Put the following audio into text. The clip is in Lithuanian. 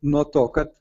nuo to kad